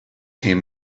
him